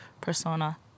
persona